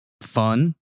fun